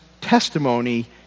testimony